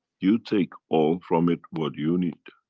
you take all from it what you need.